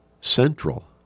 central